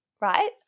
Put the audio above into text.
right